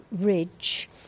ridge